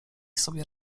sobie